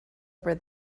over